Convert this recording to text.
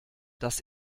das